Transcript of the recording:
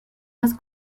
las